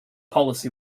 policy